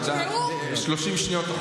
30 שניות.